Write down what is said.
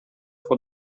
for